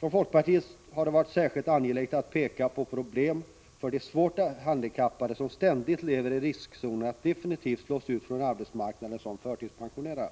Från folkpartiets sida har det varit särskilt angeläget att peka på problemen för de svårt handikappade, som ständigt lever i en riskzon där de definitivt kan slås ut från arbetsmarknaden som förtidspensionerade.